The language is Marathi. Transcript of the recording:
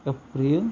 एप्रिल